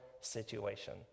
situation